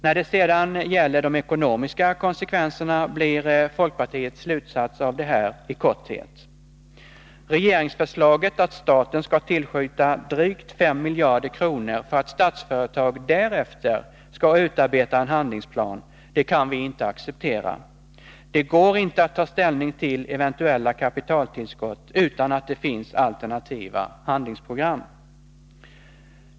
När det gäller de ekonomiska konsekvenserna blir folkpartiets slutsats i korthet: Regeringsförslaget att staten skall tillskjuta drygt 5 miljarder kronor för att Statsföretag därefter skall utarbeta en handlingsplan kan vi inte acceptera. Det går inte att ta ställning till eventuella kapitaltillskott utan att det finns alternativa handlingsprogram.